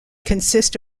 consist